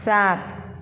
सात